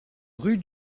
rue